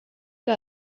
que